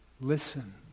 listen